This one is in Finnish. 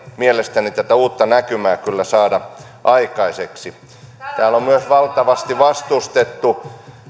mielestäni tätä uutta näkymää kyllä saada aikaiseksi täällä on myös valtavasti vastustettu